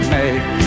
make